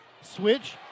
switch